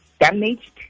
damaged